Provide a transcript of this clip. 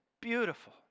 beautiful